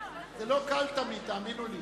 זה לא תמיד קל, תאמינו לי.